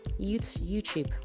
YouTube